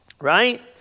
right